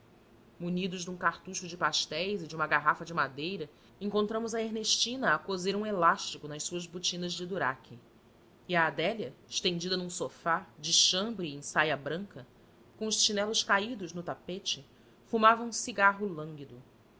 munidos de um cartucho de pastéis e de uma garrafa de madeira encontramos a ernestina a coser um elástico nas suas botinas de duraque e a adélia estendida num sofá de chambre e em saia branca com os chinelos caídos no tapete fumava um cigarro